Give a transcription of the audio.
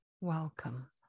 Welcome